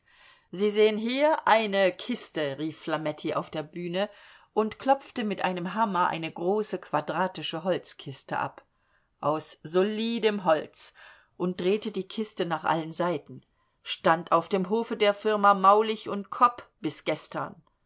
sie sehen hier eine kiste rief flametti auf der bühne und klopfte mit einem hammer eine große quadratische holzkiste ab aus solidem holz und drehte die kiste nach allen seiten stand auf dem hofe der firma maulig kopp bis gestern